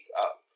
up